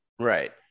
Right